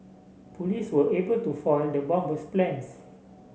police were able to foil the bomber's plans